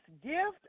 gift